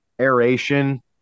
aeration